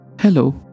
Hello